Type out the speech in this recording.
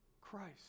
Christ